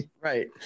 right